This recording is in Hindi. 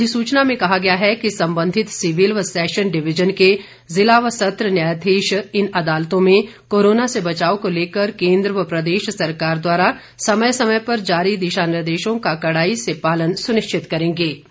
अधिसुचना में कहा गया है कि संबंधित सिविल व सैशन डिविजन के जिला व सत्र न्यायाधीश इन अदालतों में कोरोना से बचाव को लेकर केंद्र व प्रदेश सरकार द्वारा समय समय पर जारी दिशा निर्देशों का कड़ाई से पालन सुनिश्चित करेंगे